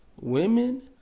women